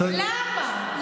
למה?